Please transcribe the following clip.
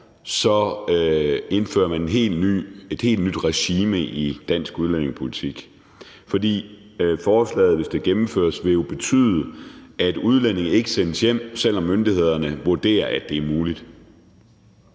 indfører man et helt nyt regime i dansk udlændingepolitik. For forslaget vil, hvis det gennemføres, betyde, at udlændinge ikke sendes hjem, selv om myndighederne vurderer, at det er muligt,